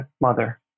mother